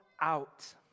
out